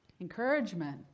Encouragement